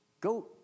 Go